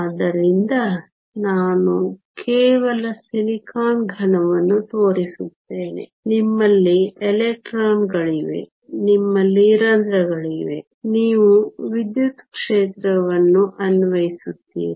ಆದ್ದರಿಂದ ನಾನು ಕೇವಲ ಸಿಲಿಕಾನ್ ಘನವನ್ನು ತೋರಿಸುತ್ತೇನೆ ನಿಮ್ಮಲ್ಲಿ ಎಲೆಕ್ಟ್ರಾನ್ಗಳಿವೆ ನಿಮ್ಮಲ್ಲಿ ರಂಧ್ರಗಳಿವೆ ನೀವು ವಿದ್ಯುತ್ ಕ್ಷೇತ್ರವನ್ನು ಅನ್ವಯಿಸುತ್ತೀರಿ